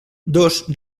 dos